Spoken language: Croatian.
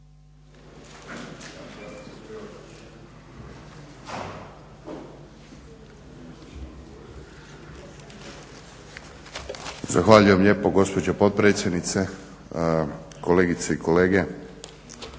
Zahvaljujem lijepo gospođo potpredsjednice, kolegice i kolege.